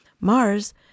Mars